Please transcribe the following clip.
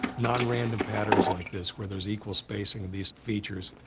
nonrandom patterns like this where there's equal spacing of these features,